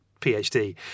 phd